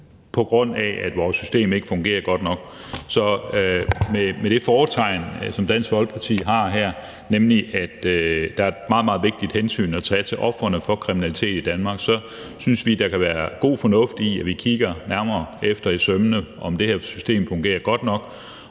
på grund af at vores system ikke fungerer godt nok. Så med det fortegn, som Dansk Folkeparti her har, nemlig at der er et meget, meget vigtigt hensyn at tage til ofrene for kriminalitet i Danmark, så synes vi, at der kan være god fornuft i, at vi kigger det nærmere efter i sømmene, altså om det her system fungerer godt nok,